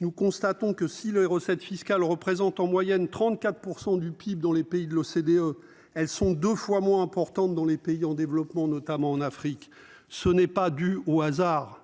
nous constatons que si les recettes fiscales représentent en moyenne 34% du PIB dans les pays de l'OCDE. Elles sont 2 fois moins importante dans les pays en développement, notamment en Afrique, ce n'est pas due au hasard.